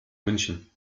münchen